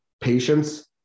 patience